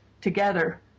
together